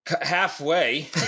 halfway